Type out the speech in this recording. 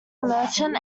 merchant